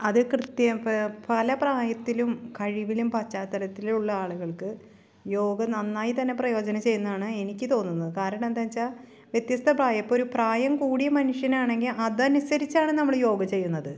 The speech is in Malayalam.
അതു കൃത്യം ഇപ്പം പല പ്രായത്തിലും കഴിവിലും പശ്ചാത്തലത്തിലുമുള്ള ആളുകൾക്ക് യോഗ നന്നായിത്തന്നെ പ്രയോജനം ചെയ്യുന്നതാണ് എനിക്ക് തോന്നുന്നത് കാരണം എന്താണെന്നു വെച്ചാൽ വ്യത്യസ്ത പ്രായം ഇപ്പൊരു പ്രായം കൂടിയ മനുഷ്യനാണെങ്കിൽ അതനുസരിച്ചാണ് നമ്മൾ യോഗ ചെയ്യുന്നത്